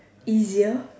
easier